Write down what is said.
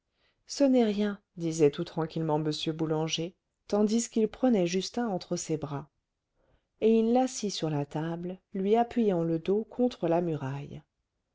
ce n'est rien disait tout tranquillement m boulanger tandis qu'il prenait justin entre ses bras et il l'assit sur la table lui appuyant le dos contre la muraille